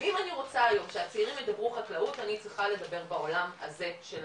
ואם אני רוצה שהצעירים ידברו חקלאות אז אני צריכה לדבר בעולם הזה שלהם.